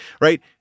right